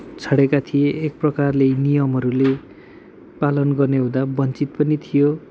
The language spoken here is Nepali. छाडे्का थिए एक प्रकारले नियमहरूले पालन गर्ने हुँदा वञ्चित पनि थियो